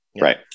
Right